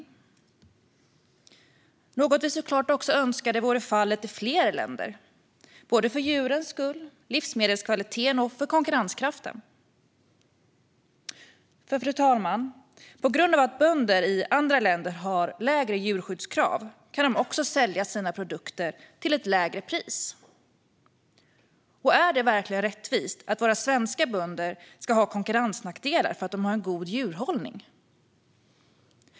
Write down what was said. Detta är något som vi såklart hade önskat vore fallet i fler länder, både för djurens skull, för livsmedelskvaliteten och för konkurrenskraften. Fru talman! På grund av att bönder i andra länder har lägre djurskyddskrav kan de sälja sina produkter till ett lägre pris. Är det verkligen rättvist att svenska bönder ska ha konkurrensnackdelar för att de har en god djurhållning?